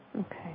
Okay